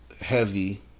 heavy